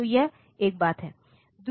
तो यह एक बात है